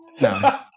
No